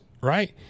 right